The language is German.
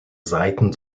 seiten